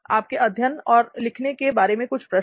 आपके अध्ययन और लिखने के बारे में कुछ प्रश्न